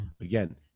again